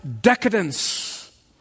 decadence